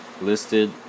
listed